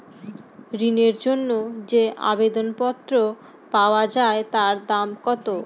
ঋণের জন্য যে আবেদন পত্র পাওয়া য়ায় তার দাম কত?